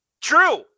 true